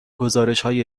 گزارشهای